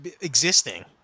existing